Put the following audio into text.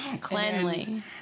Cleanly